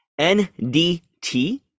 NDT